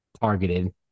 targeted